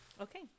Okay